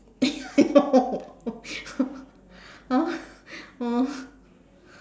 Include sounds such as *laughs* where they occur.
*laughs* !huh! oh